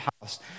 house